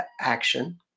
action